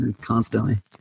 constantly